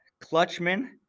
Clutchman